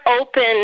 open